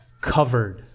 covered